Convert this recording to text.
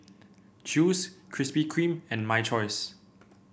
Chew's Krispy Kreme and My Choice